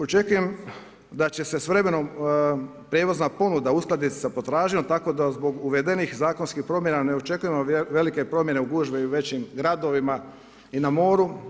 Očekujem da će se s vremenom prijevozna ponuda uskladiti sa potražnjom tako da zbog uvedenih zakonskih promjena ne očekujemo velike promjene u gužvi u većim gradovima i na moru.